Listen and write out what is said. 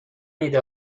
ایده